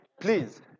please